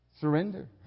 surrender